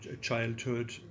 childhood